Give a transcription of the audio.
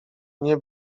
nie